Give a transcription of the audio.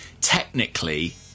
technically